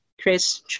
Chris